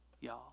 y'all